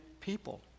people